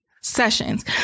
sessions